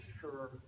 sure